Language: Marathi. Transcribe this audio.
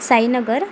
साईनगर